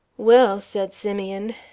well, said simeon,